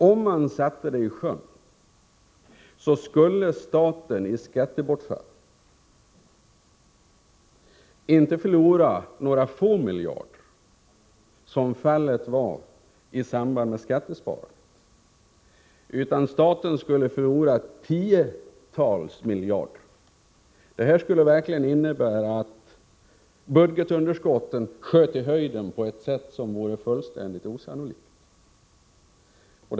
Om man förverkligade det skulle staten i skattebortfall förlora, inte några få miljarder, som fallet var i samband med skattesparandet, utan tiotals miljarder. Det skulle innebära att budgetunderskottet sköt i höjden på ett fullständigt okontrollerat sätt.